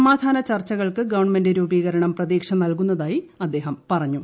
സമാധാന ചർച്ചകൾക്ക് ഗവൺമെന്റ് രൂപീകരണം പ്രതീക്ഷ നൽകുന്നതായി അദ്ദേഹം പറഞ്ഞു